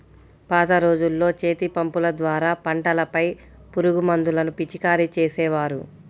పాత రోజుల్లో చేతిపంపుల ద్వారా పంటలపై పురుగుమందులను పిచికారీ చేసేవారు